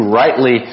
rightly